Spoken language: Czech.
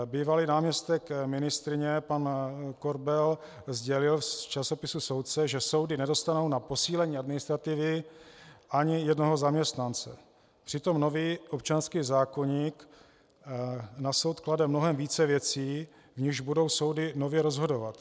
Bývalý náměstek ministryně pan Korbel sdělil v časopisu Soudce, že soudy nedostanou na posílení administrativy ani jednoho zaměstnance, přitom nový občanský zákoník na soud klade mnohem více věcí, v nichž budou soudy nově rozhodovat.